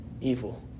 evil